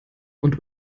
und